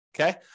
okay